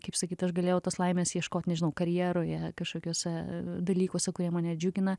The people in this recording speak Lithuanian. kaip sakyt aš galėjau tos laimės ieškot nežinau karjeroje kažkokiuose dalykuose kurie mane džiugina